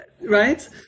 right